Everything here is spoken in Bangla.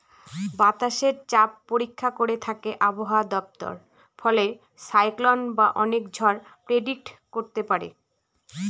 বাতাসের চাপ পরীক্ষা করে থাকে আবহাওয়া দপ্তর ফলে সাইক্লন বা অনেক ঝড় প্রেডিক্ট করতে পারে